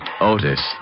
Otis